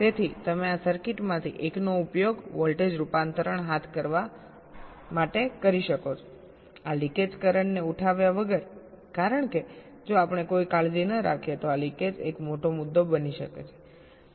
તેથી તમે આ સર્કિટમાંથી એકનો ઉપયોગ વોલ્ટેજ રૂપાંતરણ હાથ ધરવા માટે કરી શકો છો આ લિકેજ કરંટ ને ઉઠાવ્યા વગર કારણ કે જો આપણે કોઈ કાળજી ન રાખીએ તો આ લીકેજ એક મોટો મુદ્દો બની શકે